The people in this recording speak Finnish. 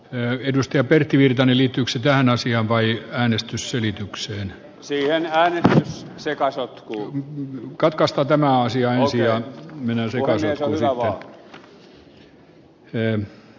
edustaja pertti virtanen littykseltään asiaan vai äänestysselityksen sille enää sekasotkua katkaista tämä asia ei asia menee sekaisin sillä o arvoisa puhemies